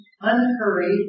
unhurried